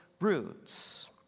roots